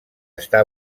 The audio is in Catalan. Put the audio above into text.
està